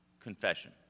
confession